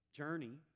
journey